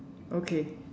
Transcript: okay